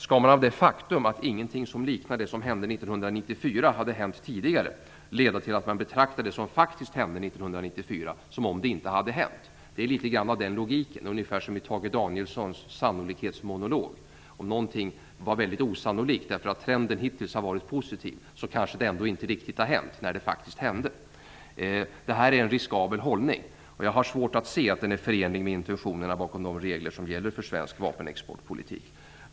Skall det faktum att ingenting som liknar det som hände år 1994 hade hänt tidigare leda till att man betraktar det som faktiskt hände år 1994 som om det inte hade hänt? Det är litet grand av den logiken. Det är ungefär som i Tage Danielssons sannolikhetsmonolog. Om någonting var väldigt osannolikt därför att trenden hittills har varit positiv kanske det ändå inte riktigt har hänt när det faktiskt hände. Detta är en riskabel hållning. Jag har svårt att se att den är förenlig med intentionerna bakom de regler som gäller för svensk vapenexportpolitik.